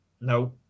no